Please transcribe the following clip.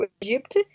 Egypt